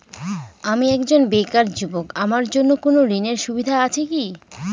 আমি একজন বেকার যুবক আমার জন্য কোন ঋণের সুবিধা আছে কি?